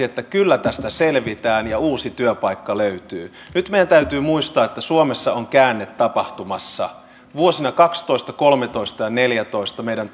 että kyllä tästä selvitään ja uusi työpaikka löytyy nyt meidän täytyy muistaa että suomessa on käänne tapahtumassa vuosina kaksitoista kolmetoista ja neljäntoista meidän